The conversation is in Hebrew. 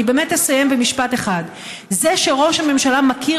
אני באמת אסיים במשפט אחד: זה שראש הממשלה מכיר